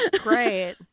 great